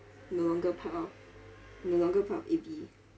no longer part of no longer part of A_P_E